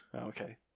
Okay